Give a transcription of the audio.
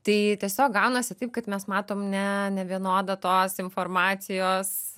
tai tiesiog gaunasi taip kad mes matom ne nevienodą tos informacijos